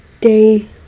day